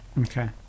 okay